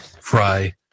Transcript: Fry